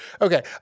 Okay